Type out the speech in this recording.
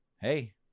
hey